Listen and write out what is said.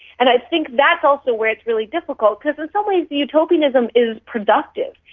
and i think that's also where it's really difficult, because in some ways the utopianism is productive.